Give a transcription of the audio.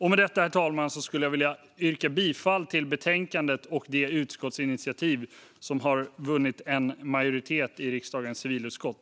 Med detta, herr talman, skulle jag vilja yrka bifall till förslaget i betänkandet och till det utskottsinitiativ som har vunnit en majoritet i riksdagens civilutskott.